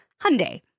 Hyundai